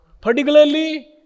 particularly